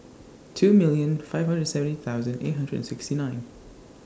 two million five hundred seventy thousand eight hundred and sixty nine